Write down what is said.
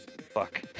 Fuck